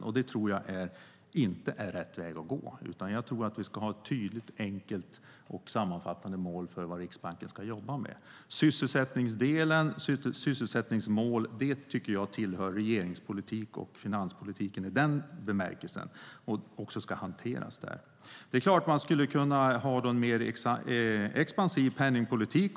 Jag tror inte att det är rätt väg att gå, utan jag tror att vi ska ha ett tydligt, enkelt och sammanfattande mål för vad Riksbanken ska jobba med. Sysselsättningsmål tycker jag tillhör regeringspolitik, och finanspolitiken i den bemärkelsen, och ska hanteras där. Det är klart att man skulle kunna ha en mer expansiv penningpolitik.